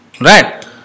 right